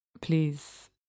Please